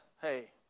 hey